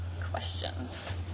questions